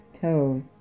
toes